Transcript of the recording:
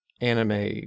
anime